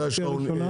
כאילו, יש לך סירה?